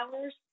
hours